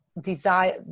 desire